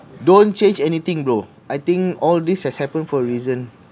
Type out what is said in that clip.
don't change anything bro I think all these has happened for a reason